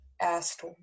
asked